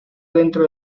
dentro